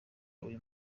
uyu